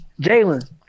Jalen